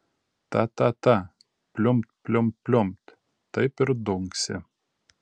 ta ta ta pliumpt pliumpt pliumpt taip ir dunksi